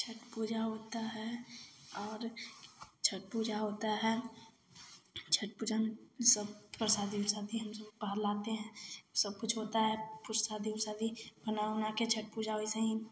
छठ पूजा होती है और छठ पूजा होती है छठ पूजा में सब प्रसादी उरसादी हमसब बाहर लाते हैं सबकुछ होता है प्रसादी उरसादी बना उनाकर छठ पूजा वैसे ही